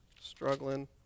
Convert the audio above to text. Struggling